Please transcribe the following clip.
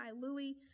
Louis